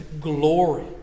glory